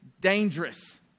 dangerous